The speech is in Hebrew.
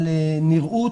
על נראות,